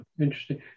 Interesting